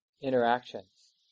interactions